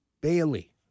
Bailey